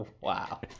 wow